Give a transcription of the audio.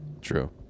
True